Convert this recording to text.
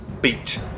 beat